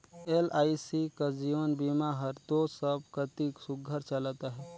LIC कस जीवन बीमा हर दो सब कती सुग्घर चलत अहे